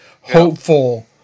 hopeful